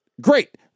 Great